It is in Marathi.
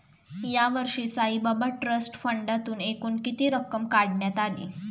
यावर्षी साईबाबा ट्रस्ट फंडातून एकूण किती रक्कम काढण्यात आली?